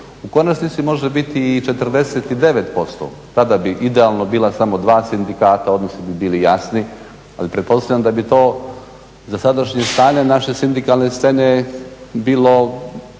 U konačnici može biti i 49%, tada bi idealno bila samo dva sindikata, odnosi bi bili jasni ali pretpostavljam da bi to za sadašnje stanje naše sindikalne scene bilo